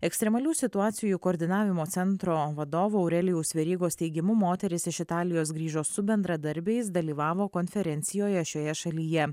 ekstremalių situacijų koordinavimo centro vadovo aurelijaus verygos teigimu moteris iš italijos grįžo su bendradarbiais dalyvavo konferencijoje šioje šalyje